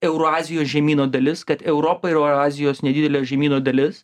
eurazijos žemyno dalis kad europa yra eurazijos nedidelio žemyno dalis